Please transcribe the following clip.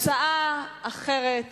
הצעה אחרת